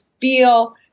feel